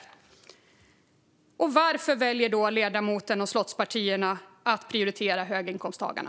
Varför väljer då ledamoten och slottspartierna att prioritera höginkomsttagarna?